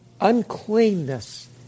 Uncleanness